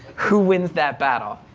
who wins that battle?